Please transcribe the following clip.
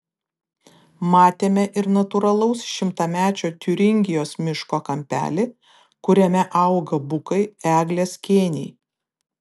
matėme ir natūralaus šimtamečio tiuringijos miško kampelį kuriame auga bukai eglės kėniai